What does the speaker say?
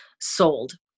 sold